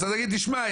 אז אתה תגיד תשמע,